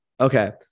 Okay